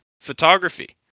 photography